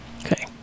Okay